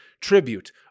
tribute